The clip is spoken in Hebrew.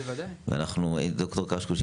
ד"ר קשקוש,